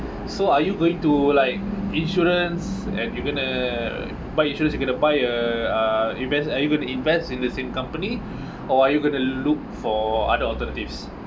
so are you going to like insurance and you going to buy insurance you going to buy a uh invest are you going to invest in the same company or are you going to look for other alternatives